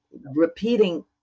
repeating